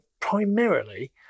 primarily